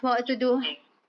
interesting